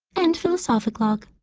end philosophic log